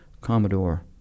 Commodore